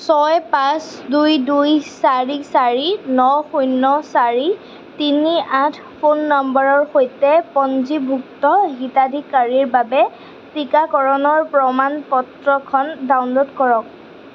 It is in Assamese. ছয় পাঁচ দুই দুই চাৰি চাৰি ন শূন্য চাৰি তিনি আঠ ফোন নম্বৰৰ সৈতে পঞ্জীভুক্ত হিতাধিকাৰীৰ বাবে টীকাকৰণৰ প্ৰমাণ পত্ৰখন ডাউনল'ড কৰক